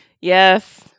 Yes